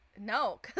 No